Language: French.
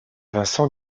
vincent